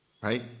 Right